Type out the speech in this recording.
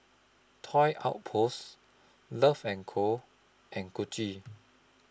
Toy Outpost Love and Co and Gucci